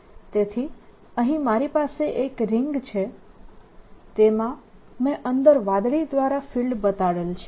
તેથી અહીં મારી પાસે એક રીંગ છે તેમાં મેં અંદર વાદળી દ્વારા ફિલ્ડ બતાડેલ છે